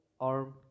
arm